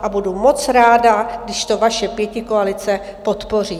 A budu moc ráda, když to vaše pětikoalice podpoří.